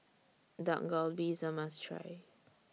Dak Galbi IS A must Try